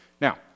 Now